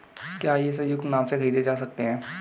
क्या ये संयुक्त नाम से खरीदे जा सकते हैं?